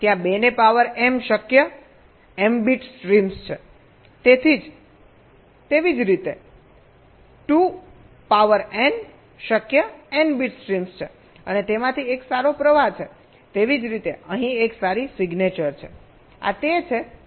ત્યાં 2 ને power m શક્ય m બીટ સ્ટ્રીમ્સ છે તેવી જ રીતે 2 પાવર n શક્ય n બીટ સ્ટ્રીમ્સ છે અને તેમાંથી એક સારો પ્રવાહ છે તેવી જ રીતે અહીં એક સારી સિગ્નેચર છે આ તે છે જે આ સ્લાઇડમાં આપણે કહી રહ્યા છીએ